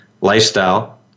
lifestyle